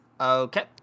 Okay